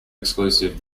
exclusive